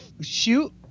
shoot